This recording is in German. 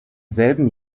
selben